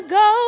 go